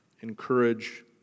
encourage